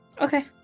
Okay